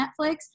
Netflix